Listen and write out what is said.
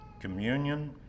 communion